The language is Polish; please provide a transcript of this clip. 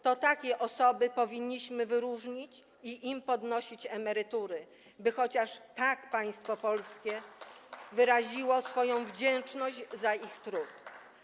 To takie osoby powinniśmy wyróżnić i im podnosić emerytury, by chociaż tak państwo polskie wyraziło swoją wdzięczność za ich trud.